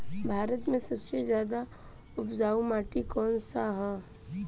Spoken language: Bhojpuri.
भारत मे सबसे ज्यादा उपजाऊ माटी कउन सा ह?